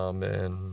Amen